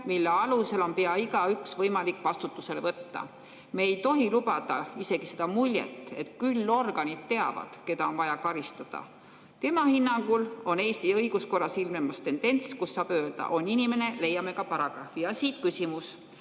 mille alusel on pea igaüks võimalik vastutusele võtta. Me ei tohi lubada isegi seda muljet, et küll organid teavad, keda on vaja karistada." Tema hinnangul on Eesti õiguskorras ilmnemas tendents, kus saab öelda, et on inimene, leiame ka paragrahvi. Siit küsimus.